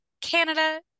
Canada